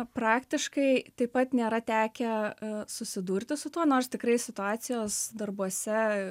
praktiškai taip pat nėra tekę susidurti su tuo nors tikrai situacijos darbuose